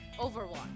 Overwatch